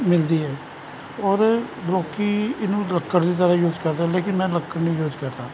ਮਿਲਦੀ ਹੈ ਔਰ ਲੋਕ ਇਹਨੂੰ ਲੱਕੜ ਦੀ ਤਰ੍ਹਾਂ ਯੂਜ ਕਰਦੇ ਲੇਕਿਨ ਮੈਂ ਲੱਕੜ ਨਹੀਂ ਯੂਜ ਕਰਦਾ